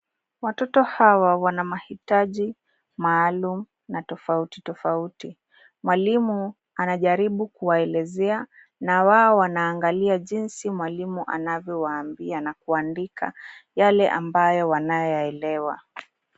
Watoto hawa wana mahitaji maalum na tofauti tofauti mwalimu anajaribu kuwaelezea na wao wanainagalia jinsi mwalimu anavyo waambia nakuandika yale ambayo wanayo yaelewa.